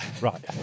Right